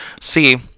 See